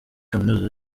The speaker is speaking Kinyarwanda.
kaminuza